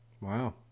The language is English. Wow